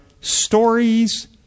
stories